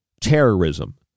terrorism